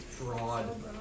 Broad